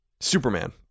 Superman